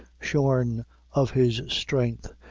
shorn of his strength,